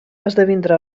esdevindrà